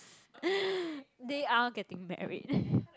they are getting married